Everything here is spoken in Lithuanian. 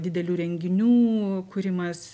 didelių renginių kūrimas